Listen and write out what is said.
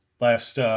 last